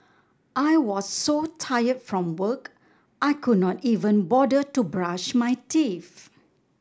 I was so tired from work I could not even bother to brush my teeth